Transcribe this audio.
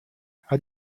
how